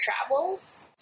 travels